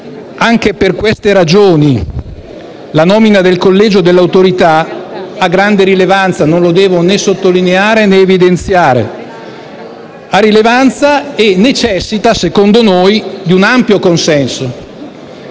Anche per queste ragioni la nomina del collegio dell'Autorità ha grande rilevanza - non lo devo né sottolineare, né evidenziare - e necessita - secondo noi - di un ampio consenso.